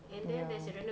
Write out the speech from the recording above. ya